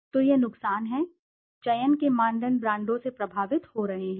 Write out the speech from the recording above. तो यह नुकसान है नुकसान यह है कि चयन के मानदंड ब्रांडों से प्रभावित हो रहे हैं